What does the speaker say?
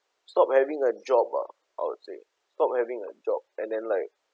stop having a job ah I would say stop having a job and then like